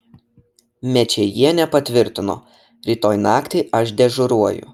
mečėjienė patvirtino rytoj naktį aš dežuruoju